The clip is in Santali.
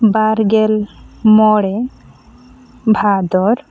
ᱵᱟᱨᱜᱮᱞ ᱢᱚᱬᱮ ᱵᱷᱟᱫᱚᱨ